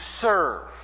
serve